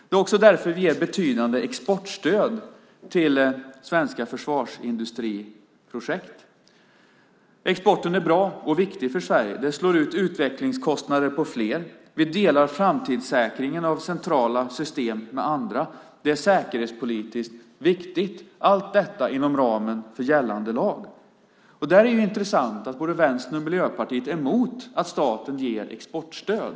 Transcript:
Det är också därför vi ger betydande exportstöd till svenska försvarsindustriprojekt. Exporten är bra och viktig för Sverige. Det slår ut utvecklingskostnader på fler. Vi delar framtidssäkringen av centrala system med andra. Det är säkerhetspolitiskt viktigt. Allt detta sker inom ramen för gällande lag. Där är det intressant att både Vänstern och Miljöpartiet är emot att staten ger exportstöd.